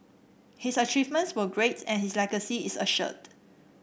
his achievements were great and his legacy is assured